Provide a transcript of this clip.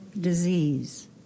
disease